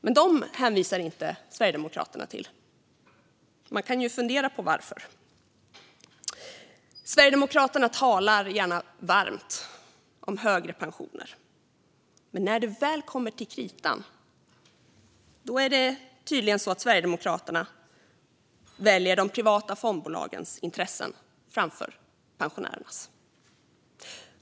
Men de hänvisar inte Sverigedemokraterna till. Man kan ju fundera på varför. Sverigedemokraterna talar gärna varmt om högre pensioner. Men när det väl kommer till kritan är det tydligen så att Sverigedemokraterna väljer de privata fondbolagens intressen framför pensionärernas.